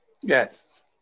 Yes